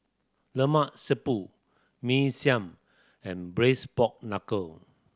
Lemak Siput Mee Siam and Braised Pork Knuckle